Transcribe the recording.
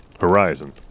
Horizon